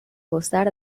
gozar